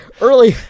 Early